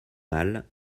mal